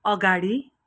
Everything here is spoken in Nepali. अगाडि